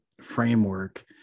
framework